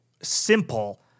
simple